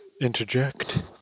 interject